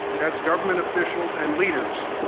as government officials and leaders,